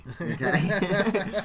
Okay